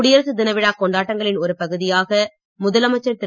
குடியரசு தினவிழா கொண்டாட்டங்களின் ஒரு பகுதியாக முதலமைச்சர் திரு